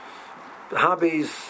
hobbies